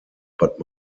but